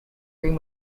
room